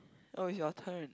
oh it's your turn